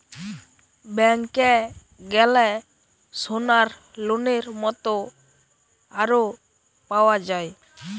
ব্যাংকে গ্যালে সোনার লোনের মত আরো পাওয়া যায়